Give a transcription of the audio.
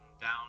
down